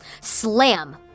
Slam